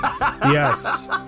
Yes